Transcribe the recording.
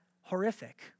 horrific